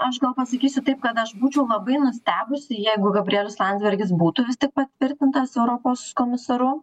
aš gal pasakysiu taip kad aš būčiau labai nustebusi jeigu gabrielius landsbergis būtų vis tik patvirtintas europos komisaru